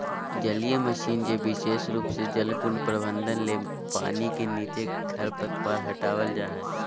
जलीय मशीन जे विशेष रूप से जलकुंड प्रबंधन ले पानी के नीचे खरपतवार हटावल जा हई